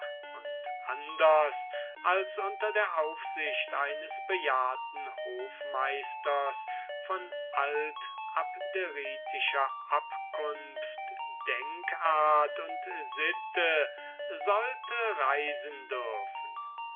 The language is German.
und anders als unter der aufsicht eines bejahrten hofmeisters von altabderitischer abkunft denkart und sitte sollte reisen dürfen